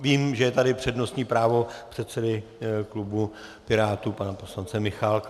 Vím, že je tady přednostní právo předsedy klubu Pirátů pana poslance Michálka.